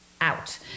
out